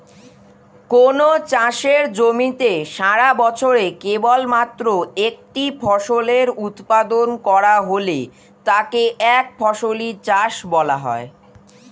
কোনও চাষের জমিতে সারাবছরে কেবলমাত্র একটি ফসলের উৎপাদন করা হলে তাকে একফসলি চাষ বলা হয়